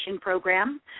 program